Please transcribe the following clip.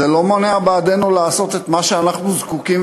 זה לא מונע בעדנו לעשות את מה שאנחנו זקוקים,